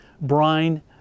brine